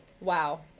Wow